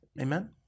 Amen